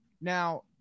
now